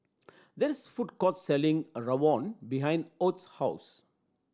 that food court selling rawon behind Ott's house